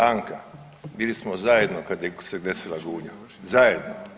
Anka bili smo zajedno kad se desila Gunja, zajedno.